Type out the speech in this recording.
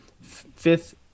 Fifth